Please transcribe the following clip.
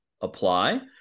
apply